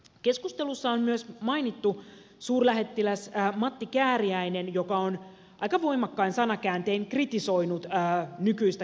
keskustelussa on myös mainittu suurlähettiläs matti kääriäinen joka on aika voimakkain sanakääntein kritisoinut nykyistä kehitysyhteistyöjärjestelmää